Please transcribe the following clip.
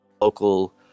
local